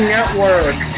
Network